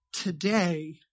today